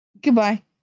Goodbye